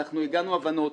הגענו להבנות.